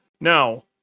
Now